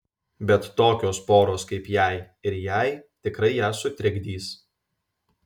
bet tokios poros kaip jei ir jai tikrai ją sutrikdys